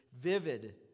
vivid